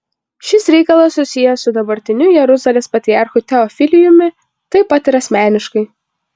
šis reikalas susijęs su dabartiniu jeruzalės patriarchu teofiliumi taip pat ir asmeniškai